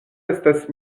estas